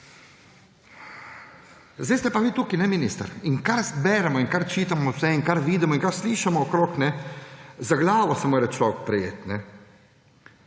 Zdaj ste pa vi tukaj, minister. Kar beremo in kar čitamo in kar vidimo in kar slišimo okrog – za glavo se mora človek prijeti.